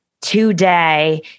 today